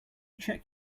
check